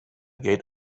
gate